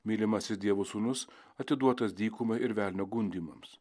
mylimasis dievo sūnus atiduotas dykumai ir velnio gundymams